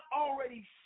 already